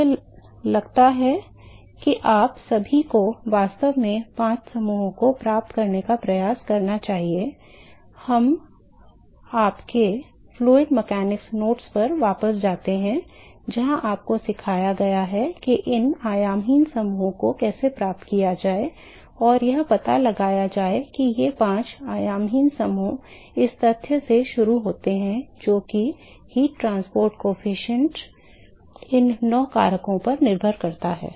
मुझे लगता है कि आप सभी को वास्तव में पाँच समूहों को प्राप्त करने का प्रयास करना चाहिए हम आपके द्रव यांत्रिकी नोट्स पर वापस जाते हैं जहाँ आपको सिखाया गया है कि इन आयामहीन समूहों को कैसे प्राप्त किया जाए और यह पता लगाया जाए कि ये पाँच आयामहीन समूह इस तथ्य से शुरू होते हैं कि ऊष्मा परिवहन गुणांक इन नौ कारकों पर निर्भर करता है